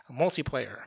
Multiplayer